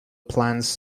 plans